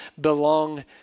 belong